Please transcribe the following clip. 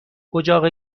اجاق